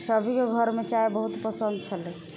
सबके घरमे चाइ बहुत पसन्द छलै